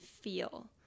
feel